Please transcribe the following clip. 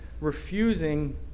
refusing